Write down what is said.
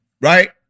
right